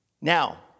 Now